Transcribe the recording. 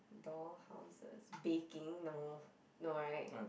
door houses baking no no right